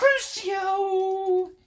Crucio